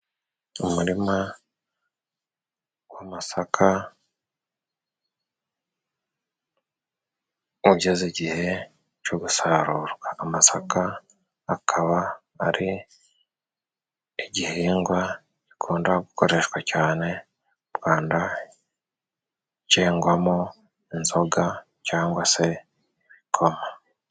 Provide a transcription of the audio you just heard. Umurima w'amasaka ugeze igihe cyo gusarurwa. Amasaka akaba ari igihingwa gikunda gukoreshwa cyane mu Rwanda, cyengwamo inzoga cyangwa se ibikoma.